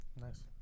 Nice